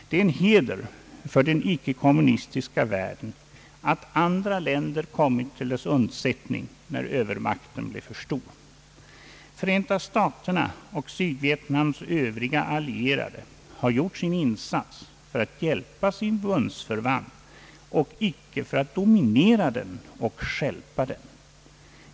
Det är en heder för den icke-kommunistiska världen att andra länder kom till dess undsättning när övermakten blev för stor. Förenta staterna och Sydvietnams övriga allierade har gjort sin insats för att hjälpa sin bundsförvant och icke för att dominera den och stjälpa den.